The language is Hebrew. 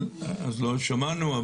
אז לא שמענו.